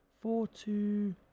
Four-two